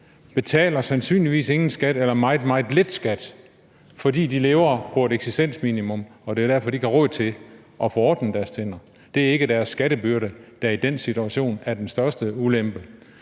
betaler sandsynligvis ingen skat eller meget, meget lidt skat, fordi de lever på et eksistensminimum. Det er derfor, at de ikke har råd til at få ordnet deres tænder. Det er ikke deres skattebyrde, der i den situation er den største ulempe.